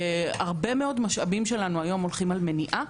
הרבה מאוד משאבים שלנו היום מופנים למניעה.